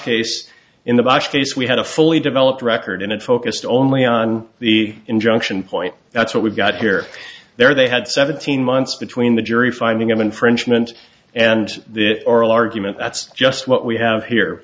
case we had a fully developed record and it focused only on the injunction point that's what we've got here there they had seventeen months between the jury finding of infringement and the oral argument that's just what we have here